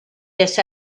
this